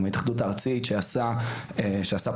עם ההתאחדות הארצית שעשה פלאים.